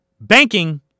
banking